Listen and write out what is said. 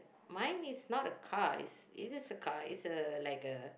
mine is not a car it's it is a car it's a like a